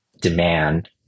demand